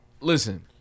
Listen